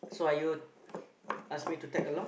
so are you ask me to tag along